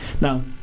Now